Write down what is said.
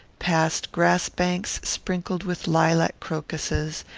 past grass-banks sprinkled with lilac crocuses,